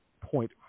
point